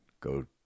go